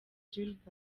gilbert